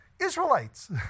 Israelites